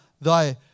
thy